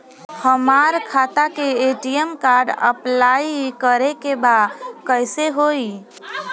हमार खाता के ए.टी.एम कार्ड अप्लाई करे के बा कैसे होई?